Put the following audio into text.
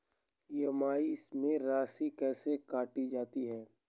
EMI में राशि कैसे काटी जाती है?